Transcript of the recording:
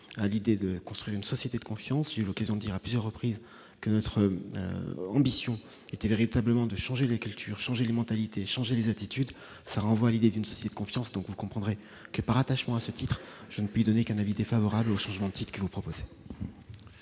à l'idée de construire une société de confiance, une occasion dire à plusieurs reprises que notre ambition était véritablement de changer les cultures changent et les mentalités, changer les attitudes ça renvoie à l'idée d'une société confiance donc vous comprendrez que par attachement à ce titre, je ne puis donner qu'un avis défavorable au changement de site que vous proposez.